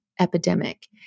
epidemic